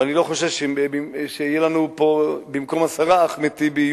ואני לא חושב שיהיו לנו במקום עשרה אחמד טיבי,